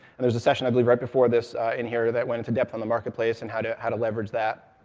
and there's a session, i believe, right before this in here, that went into depth on the marketplace and how to how to leverage that.